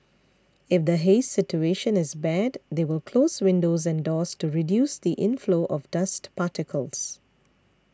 if the haze situation is bad they will close windows and doors to reduce the inflow of dust particles